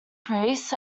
priests